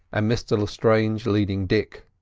and mr lestrange leading dick.